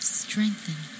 strengthen